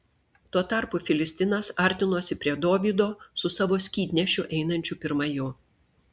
tuo tarpu filistinas artinosi prie dovydo su savo skydnešiu einančiu pirma jo